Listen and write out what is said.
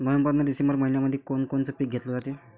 November अन December मइन्यामंधी कोण कोनचं पीक घेतलं जाते?